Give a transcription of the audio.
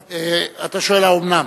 אתה שואל: האומנם?